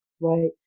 Right